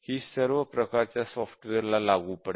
ही सर्व प्रकारच्या सॉफ्टवेअरला लागू पडते